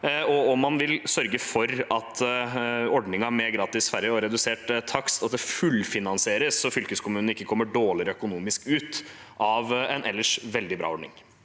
og om han vil sørge for at ordningen med gratis ferje og redusert takst fullfinansieres, slik at fylkeskommunene ikke kommer økonomisk dårlig ut av en ellers veldig bra ordning.